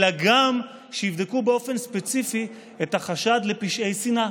אלא גם שיבדקו באופן ספציפי את החשד לפשעי שנאה.